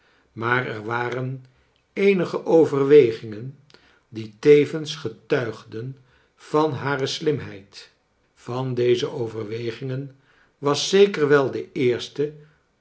maar er waren eenige overwegingen die sevens getuigden van hare slimheid van deze overwegingen was zeker wel de eerste